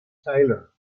tyler